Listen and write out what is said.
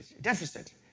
deficit